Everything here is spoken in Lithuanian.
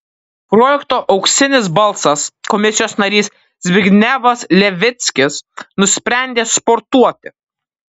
projekto auksinis balsas komisijos narys zbignevas levickis nusprendė sportuoti